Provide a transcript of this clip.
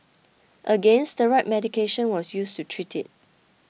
again steroid medication was used to treat it